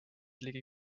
ligi